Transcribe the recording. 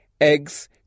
eggs